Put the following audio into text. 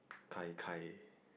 kai kai